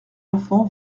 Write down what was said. enfant